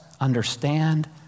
understand